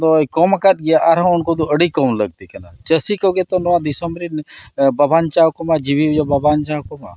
ᱫᱚᱭ ᱠᱚᱢ ᱟᱠᱟᱫ ᱜᱮᱭᱟ ᱟᱨᱦᱚᱸ ᱩᱱᱠᱩ ᱫᱚ ᱟᱹᱰᱤ ᱠᱚᱢ ᱞᱟᱹᱠᱛᱤ ᱠᱟᱱᱟ ᱪᱟᱹᱥᱤ ᱠᱚᱜᱮ ᱛᱚ ᱱᱚᱣᱟ ᱫᱤᱥᱚᱢ ᱨᱤᱱ ᱵᱟᱼᱵᱟᱧᱪᱟᱣ ᱠᱚᱢᱟ ᱡᱤᱣᱤ ᱵᱟᱼᱵᱟᱧᱪᱟᱣ ᱠᱚᱢᱟ